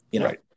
Right